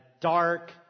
dark